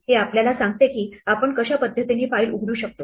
हे आपल्याला सांगते की आपण कशा पद्धतीने फाईल उघडू शकतो